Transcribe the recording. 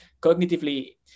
cognitively